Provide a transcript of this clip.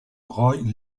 roy